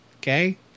okay